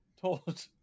told